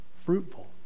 fruitful